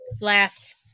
Last